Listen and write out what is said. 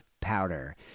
powder